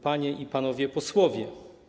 Panie i Panowie Posłowie!